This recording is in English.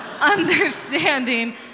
understanding